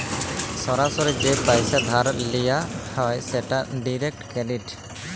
সরাসরি যে পইসা ধার লিয়া হ্যয় সেট ডিরেক্ট ক্রেডিট